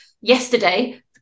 yesterday